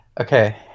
Okay